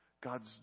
God's